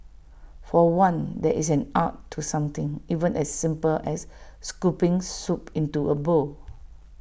for one there is an art to something even as simple as scooping soup into A bowl